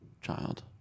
child